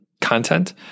content